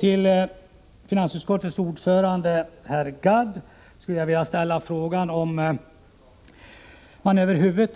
Till finansutskottets ordförande herr Gadd skulle jag vilja ställa frågan, om finansutskottet över huvud